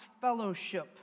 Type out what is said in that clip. fellowship